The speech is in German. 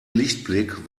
lichtblick